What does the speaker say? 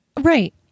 Right